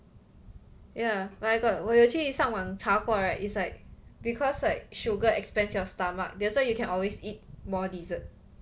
ya but I got 我有去上网查过 right is like because like sugar expands your stomach that's why you can always eat more dessert